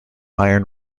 iron